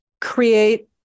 create